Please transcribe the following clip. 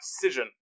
precision